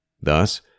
Thus